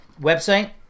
website